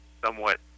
somewhat